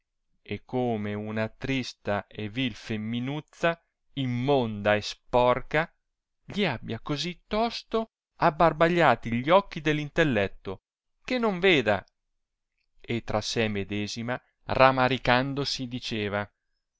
e come una trista e vi femminuccia immonda e sporca gli abbia così tosto abbarbagliati gli occhi dell intelletto che non veda e tra se medesima ramaricandosi diceva